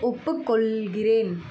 ஒப்புக்கொள்கிறேன்